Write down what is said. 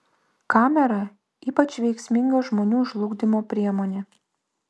kamera ypač veiksminga žmonių žlugdymo priemonė